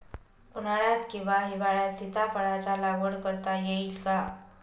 उन्हाळ्यात किंवा हिवाळ्यात सीताफळाच्या लागवड करता येईल का?